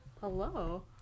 Hello